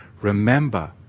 Remember